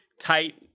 tight